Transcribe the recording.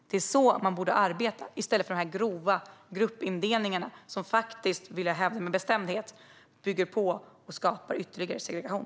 Det är så man borde arbeta i stället för med grova gruppindelningar som jag med bestämdhet hävdar bygger på och skapar ytterligare segregation.